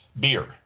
beer